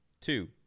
two